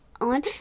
on